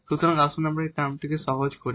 সুতরাং আসুন আমরা এই টার্মটিকে সহজ করি